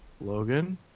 logan